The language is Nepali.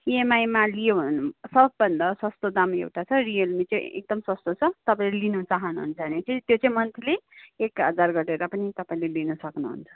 इएमआईमा लियो भने सबभन्दा सस्तो दाम एउटा छ रियलमीकै एकदम सस्तो छ तपाईँले लिनु चाहनुहुन्छ भने चाहिँ त्यो चाहिँ मन्थली एक हजार गरेर पनि तपाईँले दिनु सक्नुहुन्छ